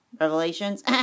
Revelations